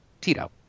Tito